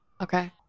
Okay